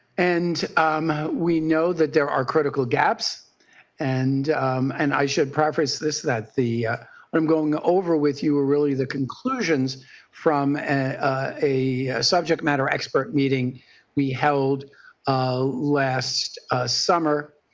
and um we know that there are critical gaps and and i should preface this that the i am going over with you ah really the conclusions from a subject matter expert meeting we held ah last summer